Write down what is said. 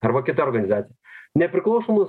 arba kita organizacija nepriklausomos